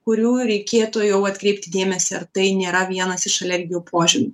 kurių reikėtų jau atkreipti dėmesį ar tai nėra vienas iš alergijų požymių